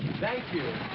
thank you!